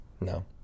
No